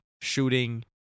shooting